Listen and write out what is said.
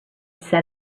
set